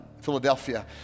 Philadelphia